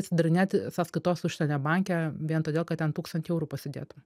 atsidarinėti sąskaitos užsienio banke vien todėl kad ten tūkstantį eurų pasidėtum